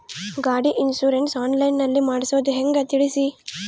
ಗಾಡಿ insurance online ನಲ್ಲಿ ಮಾಡ್ಸೋದು ಹೆಂಗ ತಿಳಿಸಿ?